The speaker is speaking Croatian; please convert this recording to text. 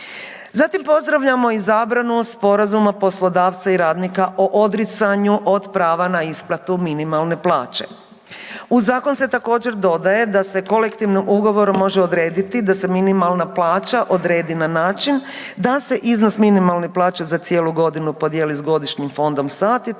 Zatim pozdravljamo i zabranu sporazuma poslodavca i radnika o odricanju od prava na isplatu minimalne plaće. U zakon se također dodaje da se kolektivnim ugovorom može odrediti da se minimalna plaća odredi na način da se iznos minimalnih plaća za cijelu godinu podijeli s godišnjim fondom sati